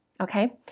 okay